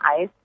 ice